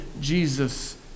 Jesus